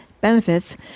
benefits